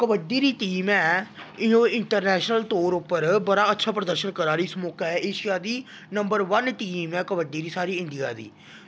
कबड्डी दी टीम ऐ इयो इंटरनैशनल तौर उप्पर बड़ा अच्छा परदर्शन करा दी इस मौकै एशिया दी नंबर बन टीम ऐ कबड्डी दी साढ़ी इंडिया दी